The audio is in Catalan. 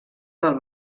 del